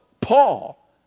Paul